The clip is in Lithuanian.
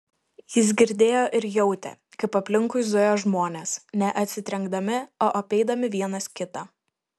jis girdėjo ir jautė kaip aplinkui zuja žmonės ne atsitrenkdami o apeidami vienas kitą